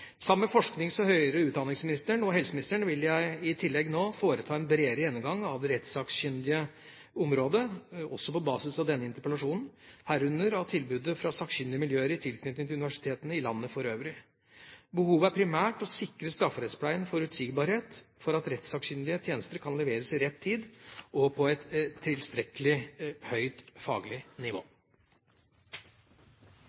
Sammen med forsknings- og høyere utdanningsministeren og helseministeren vil jeg i tillegg nå foreta en bredere gjennomgang av det rettssakkyndige området, også på basis av denne interpellasjonen, herunder av tilbudet fra sakkyndige miljøer i tilknytning til universitetene i landet for øvrig. Behovet er primært å sikre strafferettspleien forutsigbarhet for at rettssakkyndige tjenester kan leveres i rett tid og på et tilstrekkelig høyt faglig nivå.